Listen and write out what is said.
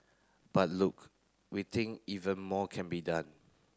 but look we think even more can be done